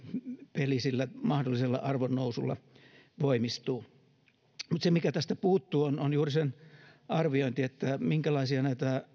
peli sillä mahdollisella arvon nousulla voimistuu se mikä tästä puuttuu on on juuri sen arviointi että minkälaisia